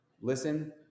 listen